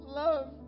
love